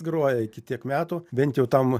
groja iki tiek metų bent jau tam